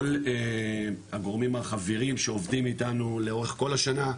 כל הגורמים החבירים שעובדים איתנו לאורך כל השנה,